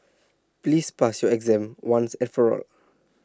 please pass your exam once and for all